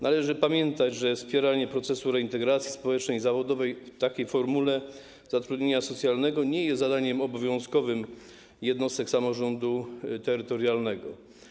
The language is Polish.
Należy pamiętać, że wspieranie procesu reintegracji społecznej i zawodowej w takiej formule zatrudnienia socjalnego nie jest zadaniem obowiązkowym jednostek samorządu terytorialnego.